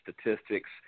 statistics